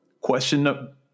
Question